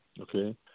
Okay